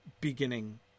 beginning